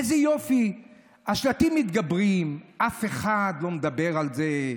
איזה יופי: השלטים מתגברים ואף אחד לא מדבר על זה,